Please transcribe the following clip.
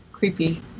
creepy